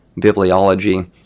bibliology